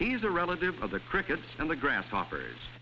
he's a relative of the crickets and the grasshoppers